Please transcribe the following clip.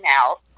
out